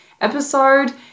episode